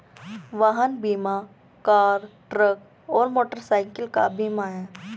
वाहन बीमा car, truck और मोटरसाइकिल का बीमा है